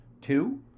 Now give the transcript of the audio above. two